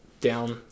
down